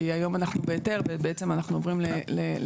כי היום אנחנו בהיתר ובעצם אנחנו עוברים לתכנית.